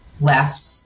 left